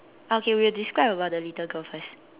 okay we'll describe about the little girl first